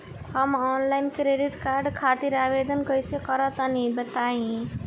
हम online credit card खातिर आवेदन कइसे करि तनि बताई?